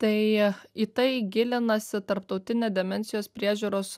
tai į tai gilinasi tarptautinė demencijos priežiūros